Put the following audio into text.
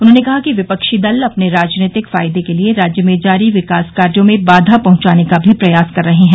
उन्होंने कहा कि विपक्षी दल अपने राजनीतिक फायदे के लिये राज्य में जारी विकास कार्यो में बाधा पहंचाने का भी प्रयास कर रहे हैं